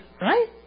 Right